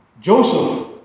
Joseph